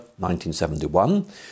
1971